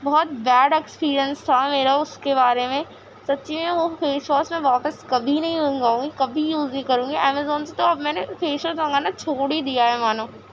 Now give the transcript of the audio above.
بہت bad experience تھا میرا اس کے بارے میں سچی میں وہ فیش واس میں واپس کبھی نہیں منگواؤں گی کبھی یوز نہیں کروں گی امیزون سے تو اب میں نے فیش واس منگانا چھوڑ ہی دیا ہے مانو